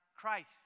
Christ